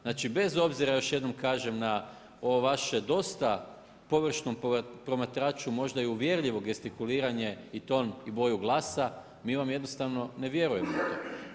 Znači bez obzira još jednom kažem na ovo vaše dosta površno promatraču, možda i uvjerljivo gestikuliranje i ton i boju glasa, mi vam jednostavno ne vjerujemo u to.